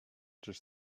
czyż